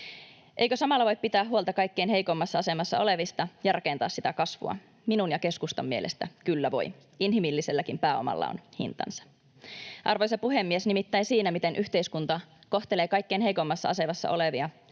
Eikö samalla voit pitää huolta kaikkein heikoimmassa asemassa olevista ja rakentaa sitä kasvua? Minun ja keskustan mielestä kyllä voi. Inhimilliselläkin pääomalla on hintansa. Arvoisa puhemies! Nimittäin siinä, miten yhteiskunta kohtelee kaikkein heikoimmassa asemassa olevia,